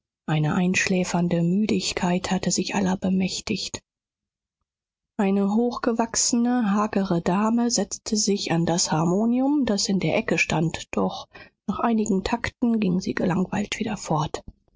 eine einschläfernde müdigkeit hatte sich aller bemächtigt eine hochgewachsene hagere dame setzte sich an das harmonium das in der ecke stand doch nach einigen takten ging sie gelangweilt wieder fort